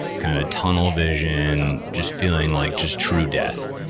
and kind of tunnel vision, just feeling like just true death.